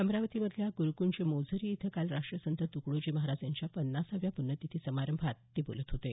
अमरावतीमधल्या गुरुकंज मोझरी इथं काल राष्ट्रसंत तुकडोजी महाराज यांच्या पन्नासाव्या पुण्यतिथी समारंभात ते बोलत होते